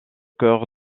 cœur